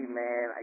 man